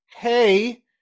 hey